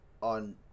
on